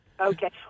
Okay